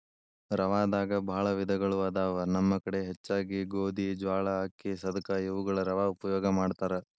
ರವಾದಾಗ ಬಾಳ ವಿಧಗಳು ಅದಾವ ನಮ್ಮ ಕಡೆ ಹೆಚ್ಚಾಗಿ ಗೋಧಿ, ಜ್ವಾಳಾ, ಅಕ್ಕಿ, ಸದಕಾ ಇವುಗಳ ರವಾ ಉಪಯೋಗ ಮಾಡತಾರ